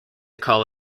call